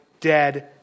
dead